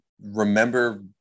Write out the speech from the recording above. remember